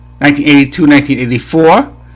1982-1984